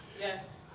Yes